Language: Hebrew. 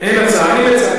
אין הצעה אחרת.